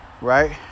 right